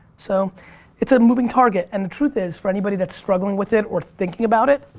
so it's a moving target and the truth is for anybody that's struggling with it or thinking about it,